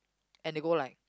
and they go like